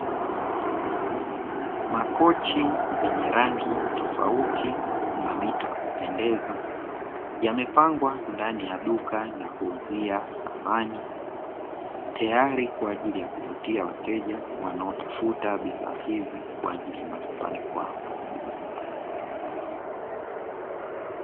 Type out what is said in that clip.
Makochi yenye rangi tofauti na mito ya kupendeza yamepangwa ndani ya duka la kuuzia samani, tayari kwaajili ya kuwauzia wateja wanaotafuta bidhaa hizi kwaajili ya majumbani kwao.